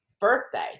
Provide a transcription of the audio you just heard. birthday